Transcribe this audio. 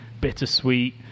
bittersweet